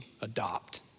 adopt